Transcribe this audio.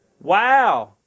Wow